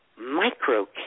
micro